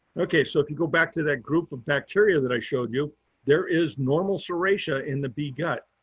okay, so if you go back to that group of bacteria that i showed you there is normal serratia in the bee gut.